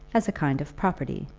as a kind of property.